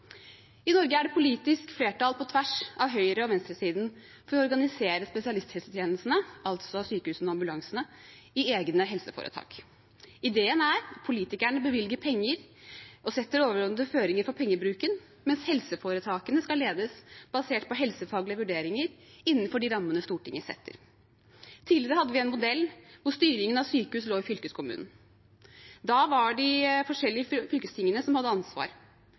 I Norge er det politisk flertall på tvers av høyre- og venstresiden for å organisere spesialisthelsetjenestene, altså sykehusene og ambulansene, i egne helseforetak. Ideen er at politikerne bevilger penger og setter overordnede føringer for pengebruken, mens helseforetakene skal ledes basert på helsefaglige vurderinger innenfor de rammene Stortinget setter. Tidligere hadde vi en modell hvor styringen av sykehus lå til fylkeskommunen. Da var det de forskjellige fylkestingene som hadde ansvar.